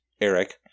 Eric